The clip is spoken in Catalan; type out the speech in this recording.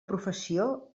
professió